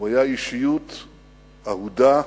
הוא היה אישיות אהודה,